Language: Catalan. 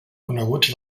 coneguts